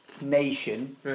nation